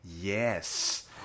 Yes